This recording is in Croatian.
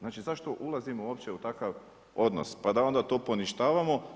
Znači zašto ulazimo uopće u takav odnos pa da onda to poništavamo.